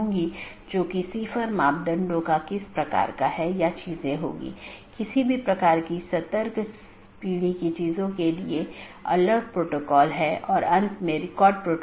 हालाँकि एक multi home AS को इस प्रकार कॉन्फ़िगर किया जाता है कि यह ट्रैफिक को आगे न बढ़ाए और पारगमन ट्रैफिक को आगे संचारित न करे